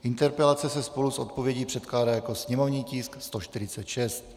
Interpelace se spolu s odpovědí předkládá jako sněmovní tisk 146.